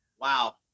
wow